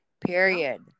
period